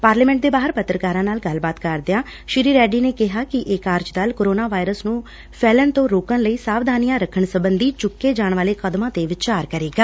parliament ਦੇ ਬਾਹਰ ਪੱਤਰਕਾਰਾਂ ਨਾਲ ਗੱਲਬਾਤ ਕਰਦਿਆਂ ਸ੍ਰੀ ਕ੍ਸਿਸਨ ਰੈਡੀ ਨੇ ਕਿਹਾ ਕਿ ਇਹ ਕਾਰਜ ਦਲ ਕੋਰੋਨਾ ਵਾਇਰਸ ਨੂੰ ਫੈਲਣ ਤੋਂ ਰੋਕਣ ਲਈ ਸਾਵਧਾਨੀਆਂ ਰੱਖਣ ਸਬੰਧੀ ਚੁੱਕੇ ਜਾਣ ਵਾਲੇ ਕਦਮਾਂ ਤੇ ਵਿਚਾਰ ਕਰੇਗਾ